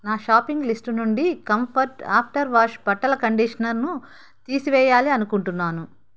నా shopping list నుండి comfort after wash బట్టల కండీషనర్ను తీసేయాలి అనుకుంటున్నాను